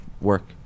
work